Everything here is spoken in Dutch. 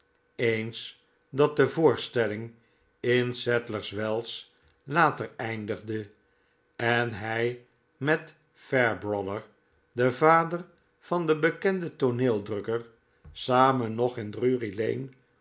eens dat de voorstelling in sadlers wells later eindigde en hij met pairbrother de vader van den bekenden tooneeldrukker samen nog in